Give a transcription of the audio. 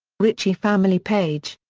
ritchie family page.